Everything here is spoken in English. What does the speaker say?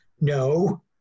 no